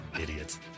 Idiots